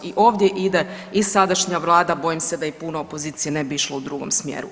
I ovdje ide i sadašnja Vlada, bojim se da i puno opozicije ne bi išlo u drugom smjeru.